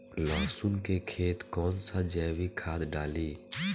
लहसुन के खेत कौन सा जैविक खाद डाली?